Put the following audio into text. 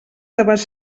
debats